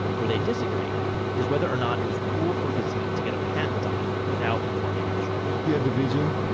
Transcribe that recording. where they disagree is whether or not it was cool for gazit to get a patent on it without informing minshall he had a vision.